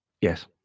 Yes